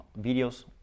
videos